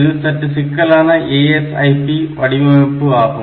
இது சற்று சிக்கலான ASIP வடிவமைப்பு ஆகும்